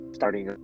starting